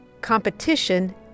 Competition